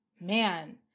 man